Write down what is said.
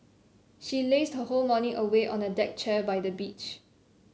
she lazed her whole morning away on a deck chair by the beach